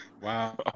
wow